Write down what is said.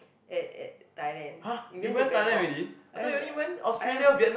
at at Thailand we went to Bangkok I'm I'm